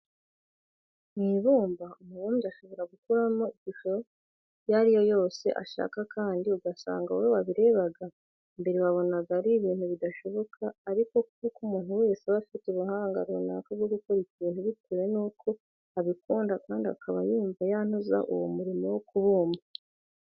Mu ibumba umubumbyi ashobora gukuramo ishusho iyo ari yo yose ashaka kandi ugasanga wowe wabirebaga, mbere wabonaga ari ibintu bidashoboka ariko kuko umuntu wese aba afite ubuhanga runaka bwo gukora ikintu bitewe nuko abikunda kandi akaba yumva yanoza uwo murimo wo kubunda.